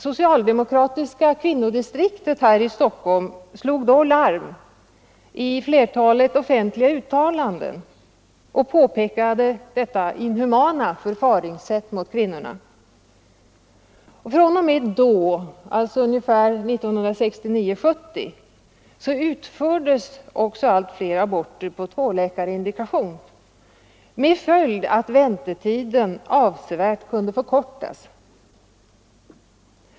Socialdemokratiska kvinnodistriktet i Stockholm slog då larm i ett flertal offentliga uttalanden och pekade på detta inhumana förfaringssätt mot kvinnorna. fr.o.m. det tillfället, alltså 1969 och 1970, utfördes också allt fler aborter på tvåläkarindikation med följd att väntetiden avsevärt kunde förkortas.